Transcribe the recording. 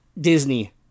Disney